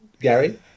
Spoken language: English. Gary